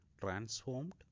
transformed